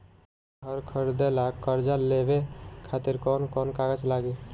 घर खरीदे ला कर्जा लेवे खातिर कौन कौन कागज लागी?